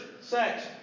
sex